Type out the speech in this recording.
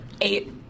Eight